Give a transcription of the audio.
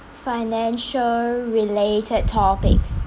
financial-related topics